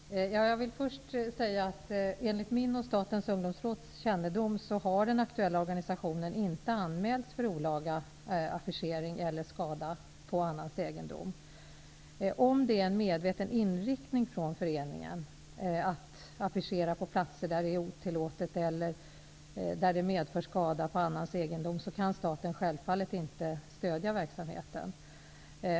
Herr talman! Jag vill först säga att enligt min och Statens ungdomsråds kännedom har den aktuella organisationen inte anmälts för olaga affischering eller skada på annans egendom. Om det är en medveten inriktning från föreningen att affischera på platser där det är otillåtet eller där det medför skada på annans egendom, kan staten självfallet inte stödja verksamheten.